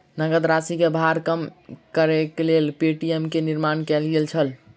नकद राशि के भार कम करैक लेल पे.टी.एम के निर्माण कयल गेल छल